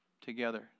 together